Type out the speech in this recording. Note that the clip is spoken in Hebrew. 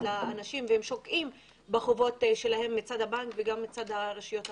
לאנשים והם שוקעים בחובות שלהם מצד הבנק וגם מצד הרשויות המקומיות.